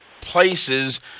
places